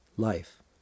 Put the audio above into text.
life